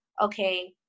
okay